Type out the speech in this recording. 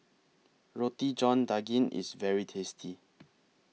Roti John Daging IS very tasty